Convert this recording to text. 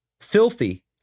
filthy